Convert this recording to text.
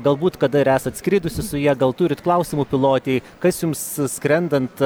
galbūt kada ir esat skridusi su ja gal turit klausimų pilotei kas jums skrendant